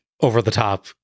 over-the-top